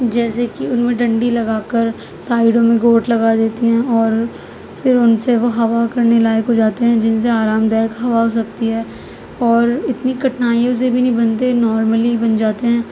جیسے کہ ان میں ڈنڈی لگا کر سائڈوں میں گوٹ لگا دیتی ہیں اور پھر ان سے وہ ہوا کرنے لائق ہو جاتے ہیں جن سے آرام دائک ہوا ہو سکتی ہے اور اتنی کٹھنائیوں سے بھی نہیں بنتے نارملی بن جاتے ہیں